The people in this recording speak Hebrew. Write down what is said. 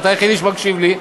אתה היחידי שמקשיב לי,